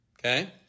Okay